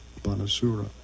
Banasura